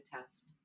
test